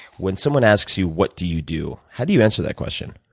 when someone asks you, what do you do, how do you answer that question?